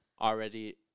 already